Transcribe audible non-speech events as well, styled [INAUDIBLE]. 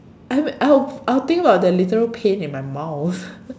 I would I would I would think about the literal pain in my mouth [LAUGHS]